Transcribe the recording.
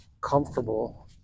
comfortable